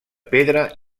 pedra